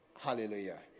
Hallelujah